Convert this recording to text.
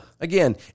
Again